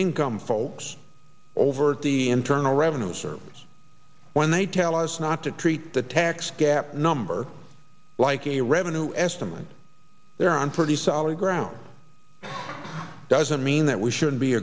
income folks over the internal revenue service when they tell us not to treat the tax gap number like a revenue estimate they're on pretty solid ground doesn't mean that we should